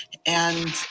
and